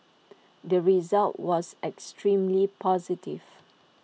the result was extremely positive